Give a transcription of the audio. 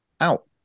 Out